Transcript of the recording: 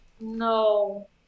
No